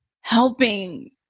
helping